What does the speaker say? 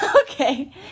Okay